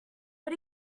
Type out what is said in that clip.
but